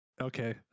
Okay